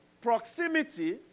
proximity